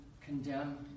condemn